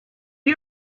you